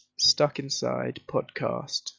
stuckinsidepodcast